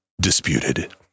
disputed